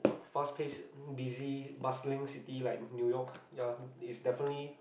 fast pace busy buzzling city like new-york ya it's definitely